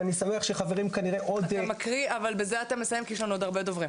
ואני שמח שחברים בזה אתה מסיים כי יש לנו עוד הרבה דוברים.